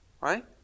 right